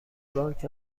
بانک